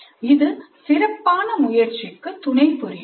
இது சிறப்பான முயற்சிக்கு துணை புரியும்